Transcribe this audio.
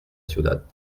ciudad